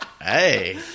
Hey